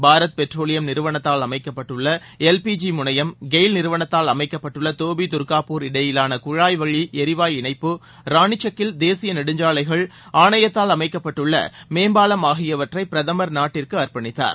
பாரத் பெட்ரோலியம் நிறுவனத்தால் அமைக்கப்பட்டுள்ள L P G முனையம் கெயில் நிறுவனத்தால் அமைக்கப்பட்டுள்ள தோபி தர்காப்பூர் இடையிவான குழாய் வழி எரிவாயு இணைப்பு ராணிச்சக்கில் தேசிய நெடுஞ்சாலைகள் ஆணையத்தால் அமைக்கப்பட்டுள்ள மேம்பாலம் ஆகியவற்றை பிரதமர் நாட்டிற்கு அர்ப்பணித்தார்